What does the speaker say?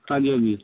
ਹਾਂਜੀ ਹਾਂਜੀ